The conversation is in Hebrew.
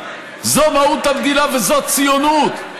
זו מהות המדינה וזו ציונות,